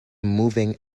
moving